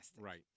right